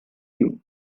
you